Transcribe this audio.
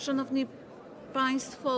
Szanowni Państwo!